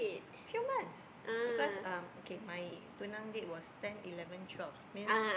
few months because um okay my tunang date was ten eleven twelve means